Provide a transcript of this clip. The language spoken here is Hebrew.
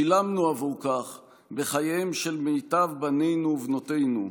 שילמנו עבור כך בחייהם של מיטב בנינו ובנותינו,